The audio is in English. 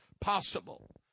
possible